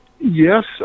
Yes